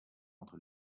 entre